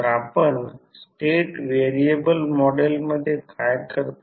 तर आपण state variable मॉडेलमध्ये काय करतो